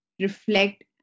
reflect